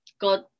God